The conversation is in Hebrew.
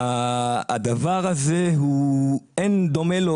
הדבר הזה הוא אין דומה לו.